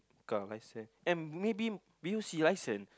car license and maybe bus license